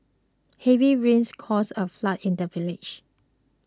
heavy rains caused a flood in the village